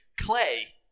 Clay